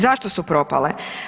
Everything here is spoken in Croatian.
Zašto su propale?